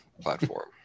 platform